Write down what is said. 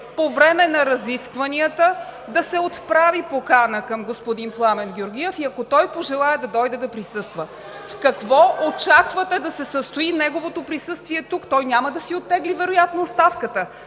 по време на разискванията да се отправи покана към господин Пламен Георгиев и ако той пожелае да дойде, да присъства. (Шум и реплики от „БСП за България“.) В какво очаквате да се състои неговото присъствие тук? Той няма да си оттегли вероятно оставката.